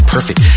Perfect